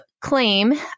claim